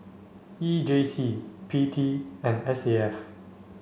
E J C P T and S A F